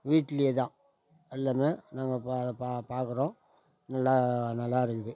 வீட்டிலயே தான் எல்லாமே நாங்கள் பா பா பார்க்குறோம் நல்லா நல்லா இருக்குது